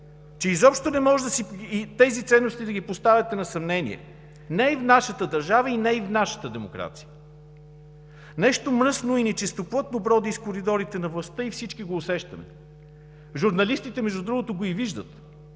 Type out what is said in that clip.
че изобщо не може тези ценности да ги поставяте на съмнение – не и в нашата държава, не и в нашата демокрация. Нещо мръсно и нечистоплътно броди из коридорите на властта и всички го усещаме. Журналистите, между другото, го виждат